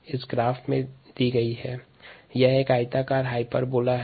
यहां ग्राफ आयतीय अतिपरवलय या रैक्टेंगुलर हाइपरबोला है